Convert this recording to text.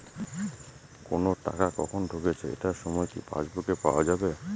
কোনো টাকা কখন ঢুকেছে এটার সময় কি পাসবুকে পাওয়া যাবে?